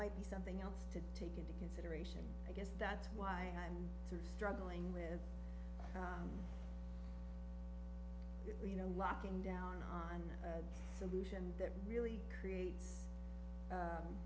might be something else to take into consideration i guess that's why i'm struggling with you know locking down on a solution that really create